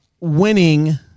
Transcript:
winning